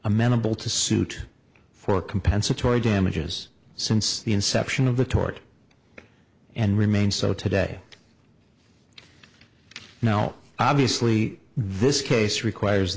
amenable to suit for compensatory damages since the inception of the tort and remains so today no obviously this case requires